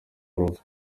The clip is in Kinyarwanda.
rupfu